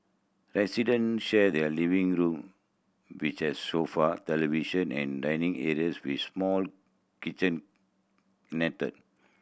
resident share their living room which has sofa television and dining areas with small kitchenette